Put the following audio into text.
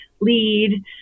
lead